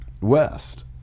west